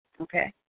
Okay